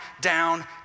down